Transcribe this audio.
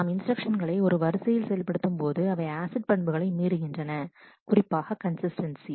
நாம் இன்ஸ்டிரக்ஷன்ஸ் களை ஒரு வரிசையில் செயல்படுத்தும் போது அவை ஆசிட் பண்புகளை மீறுகின்றன குறிப்பாக கன்சிஸ்டன்ஸி